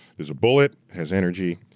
there's a bullet, has energy,